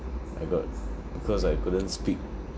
I got because I couldn't speak